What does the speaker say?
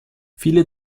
viele